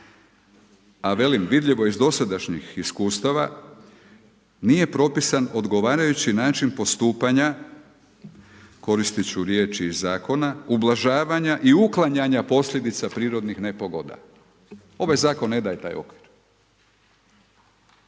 a velim, vidljivo je iz dosadašnjih iskustava, nije propisan odgovarajući način postupanja, koristi ću riječi iz zakona, ublažavanja i uklanjanje posljedica prirodnih nepogoda. Ovaj zakon ne daje taj okvir.